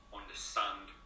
understand